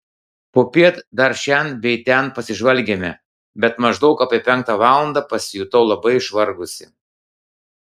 popiet dar šen bei ten pasižvalgėme bet maždaug apie penktą valandą pasijutau labai išvargusi